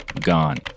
gone